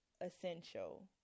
essential